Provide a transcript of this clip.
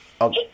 Okay